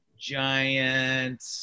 giant